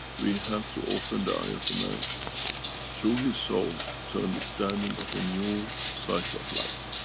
we have to open the eye of the man through his soul, to understanding of a new cycle of life.